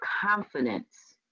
confidence